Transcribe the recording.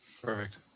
Perfect